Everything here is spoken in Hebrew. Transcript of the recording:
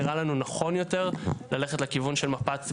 נראה לנו נכון יותר ללכת לכיוון של מפת,